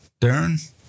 Darren